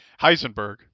Heisenberg